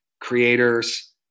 creators